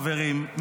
חברים,